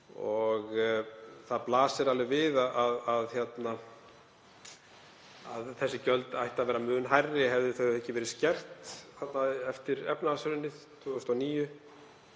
Það blasir alveg við að þessi gjöld ættu að vera mun hærri hefðu þau ekki verið skert eftir efnahagshrunið 2009.